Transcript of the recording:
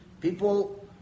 People